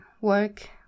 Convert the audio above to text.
work